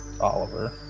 Oliver